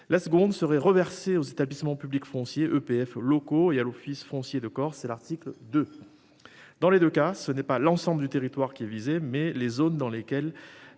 la seconde serait reversée aux établissements publics fonciers EPF locaux et à l'Office foncier de Corse, c'est l'article deux. Dans les deux cas, ce n'est pas l'ensemble du territoire qui est visée mais les zones dans lesquelles.